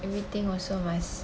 everything also must